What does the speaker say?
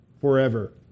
forever